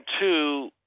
two –